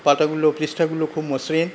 পাতাগুলো পৃষ্ঠাগুলো খুব মসৃণ